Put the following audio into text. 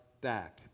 back